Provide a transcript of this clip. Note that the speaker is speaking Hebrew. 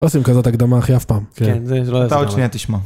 לא עושים כזאת הקדמה אחי, אף פעם. כן, זה לא... אתה עוד שנייה תשמע.